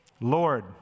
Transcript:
Lord